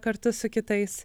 kartu su kitais